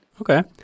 Okay